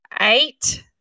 eight